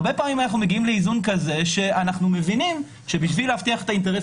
הרבה פעמים אנחנו מבינים שכדי להבטיח את האינטרס